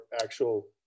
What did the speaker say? actual